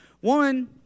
One